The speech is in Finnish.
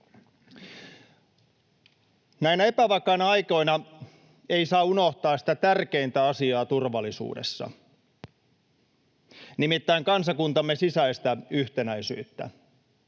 Näinä epävakaina aikoina ei saa unohtaa sitä tärkeintä asiaa turvallisuudessa, nimittäin kansakuntamme sisäistä yhtenäisyyttä.